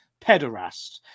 pederast